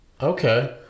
Okay